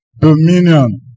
dominion